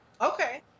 Okay